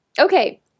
Okay